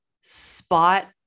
spot